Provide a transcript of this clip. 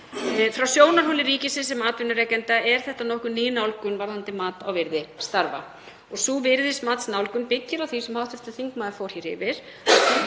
Frá sjónarhóli ríkisins sem atvinnurekanda er þetta nokkuð ný nálgun varðandi mat og virði starfa. Sú virðismatsnálgun byggir á því sem hv. þingmaður fór hér yfir,